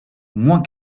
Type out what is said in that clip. moins